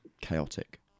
chaotic